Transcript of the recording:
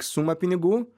sumą pinigų